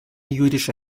jüdische